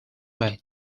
mate